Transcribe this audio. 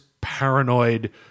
paranoid